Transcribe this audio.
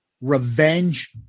revenge